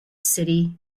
city